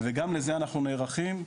וגם לזה אנחנו נערכים.